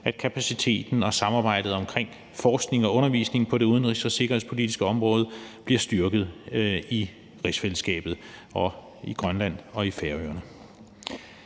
at kapaciteten og samarbejdet om forskning og undervisning på det udenrigs- og sikkerhedspolitiske område bliver styrket i rigsfællesskabet og i Grønland og på Færøerne.